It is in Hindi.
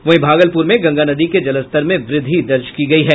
वहीं भागलपुर में गंगा नदी के जलस्तर में वृद्धि दर्ज की गयी है